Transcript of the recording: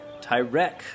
Tyrek